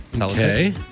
Okay